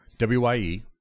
WYE